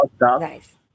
Nice